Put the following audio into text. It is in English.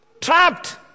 Trapped